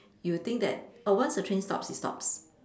you would think that oh once a train stops it stops